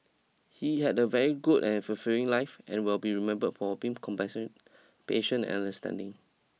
he had a very good and fulfilling life and will be remember for being compassionate patient and understanding